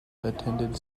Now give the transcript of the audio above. attended